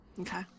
Okay